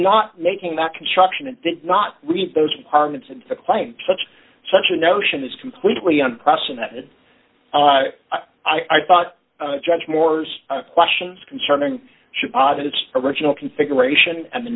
not making that construction and did not read those apartments and claim such such a notion is completely unprecedented i thought judge moore's questions concerning should positive original configuration and the